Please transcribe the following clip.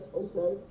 okay